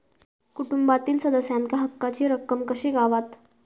कुटुंबातील सदस्यांका हक्काची रक्कम कशी गावात?